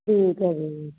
ਠੀਕ ਆ ਜੀ